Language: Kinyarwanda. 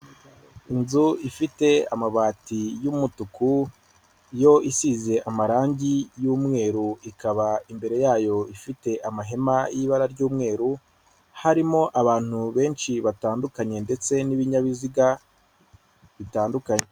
Inzu ifite amabati y'umutuku, yo isize amarangi y'umweru, ikaba imbere yayo ifite amahema y'ibara ry'umweru, harimo abantu benshi batandukanye ndetse n'ibinyabiziga bitandukanye.